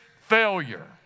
failure